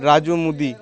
রাজু মুদি